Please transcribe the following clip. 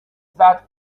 that